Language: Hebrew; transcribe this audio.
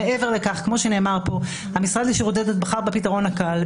מעבר לכך, המשרד לשירותי דת בחר בפתרון הקל.